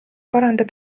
parandab